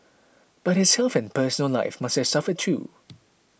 but his health and personal life have suffered too